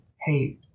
Hey